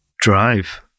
drive